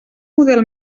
model